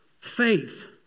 faith